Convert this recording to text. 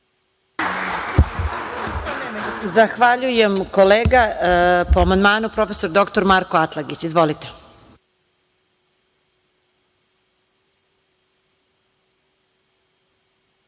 Zahvaljujem kolega. Po amandmanu prof. dr Marko Atlagić. Izvolite.